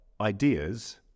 ideas